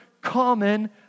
common